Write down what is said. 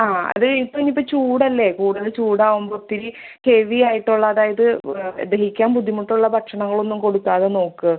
ആ അത് കഴിഞ്ഞിപ്പം ചൂടല്ലേ കൂടുതൽ ചൂടാകുമ്പോൾ ഒത്തിരി ഹെവിയായിട്ടുള്ള അതായത് ദഹിക്കാൻ ബുദ്ധിമുട്ടുള്ള ഭക്ഷണങ്ങളൊന്നും കൊടുക്കാതെ നോക്കുക